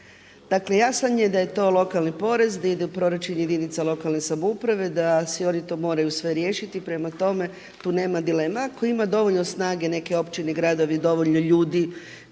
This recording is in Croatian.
Dakle jasno je da je to lokalni porez da ide u proračun jedinica lokalne samouprave, da si oni to moraju sve riješiti i prema tome tu nema dilema. Tko ima dovoljno snage neke općine, gradovi, dovoljno ljudi